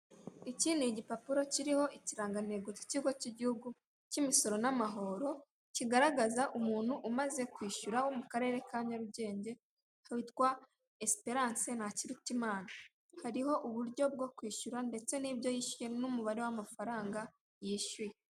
Iki ni igipapuro kiriho ikirangantego cy'ikigo cy'igihugu cy'imisoro n'amahoro. Kigaragaza umuntu umaze kwishyura wo mu karere ka Nyarugenge yitwa Esperance Ntakirutimana. Hariho uburyo bwo kwishyura ndetse n'ibyo yishyuye, n'umubare w'amafaranga yishyuye.